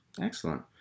Excellent